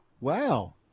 Wow